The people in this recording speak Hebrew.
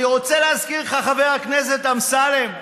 אני רוצה להזכיר לך, חבר הכנסת אמסלם,